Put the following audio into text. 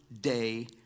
day